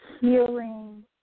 healing